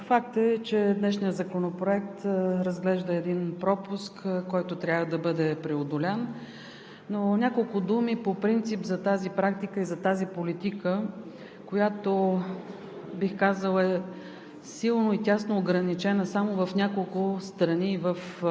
Уважаеми господин Председателстващ, уважаеми дами и господа народни представители! Факт е, че днешният законопроект разглежда един пропуск, който трябва да бъде преодолян. Няколко думи обаче по принцип за тази практика и за тази политика, която